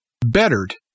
bettered